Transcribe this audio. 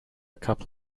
couple